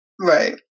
Right